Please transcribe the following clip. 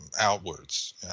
outwards